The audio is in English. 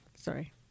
Sorry